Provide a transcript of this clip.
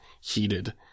heated